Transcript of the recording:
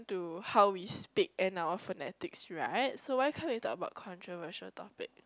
to how we speak and our frenetic right so why can't talk about controversial topic